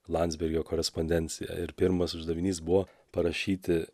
landsbergio korespondenciją ir pirmas uždavinys buvo parašyti